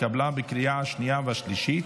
התקבלה בקריאה השנייה והשלישית